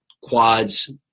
quads